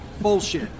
Bullshit